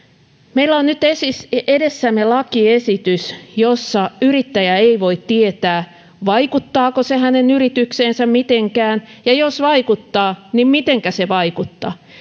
meillä on nyt edessämme lakiesitys jossa yrittäjä ei voi tietää vaikuttaako se hänen yritykseensä mitenkään ja jos vaikuttaa niin mitenkä se vaikuttaa